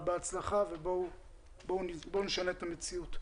בהצלחה ובואו נשנה את המציאות.